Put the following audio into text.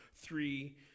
three